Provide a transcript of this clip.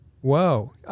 Whoa